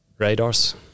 Radars